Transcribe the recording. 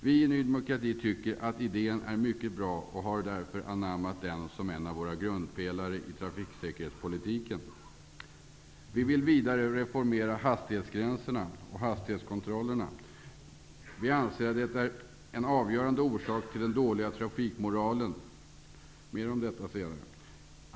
Vi i Ny demokrati tycker att idén är mycket bra och har därför anammat den som en av våra grundpelare i trafiksäkerhetspolitiken. Vi vill vidare reformera hastighetsgränserna och hastighetskontrollerna. Vi anser att de är avgörande orsaker till den dåliga trafikmoralen. Mer om detta senare.